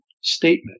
statement